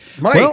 Mike